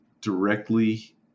directly